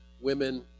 women